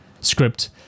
script